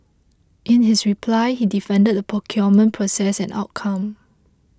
in his reply he defended the procurement process and outcome